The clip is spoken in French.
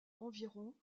environ